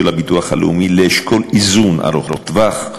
הביטוח הלאומי לאשכול איזון ארוך טווח,